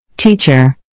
Teacher